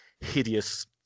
hideous